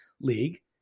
league